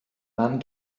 mam